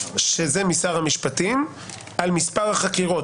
שזה משר המשפטים על מספר החקירות,